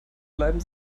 bleiben